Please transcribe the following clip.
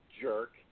Jerk